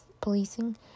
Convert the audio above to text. policing